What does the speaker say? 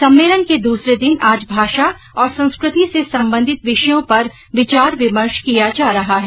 सम्मेलन के दूसरे दिन आज भाषा और संस्कृति से संबंधित विषयों पर विचार विमर्श किया जा रहा है